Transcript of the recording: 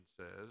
says